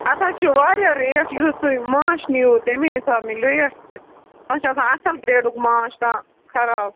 اَتھ حظ چھِ واریاہ ریٹ یُتھ تُہۍ ماچھ نِیو تٔمی حِسابہٕ میلہِ ریٹ تہِ کانٛہہ چھُ آسان اصٕل گریڈُک ماچھ کانٛہہ خراب